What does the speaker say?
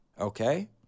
Okay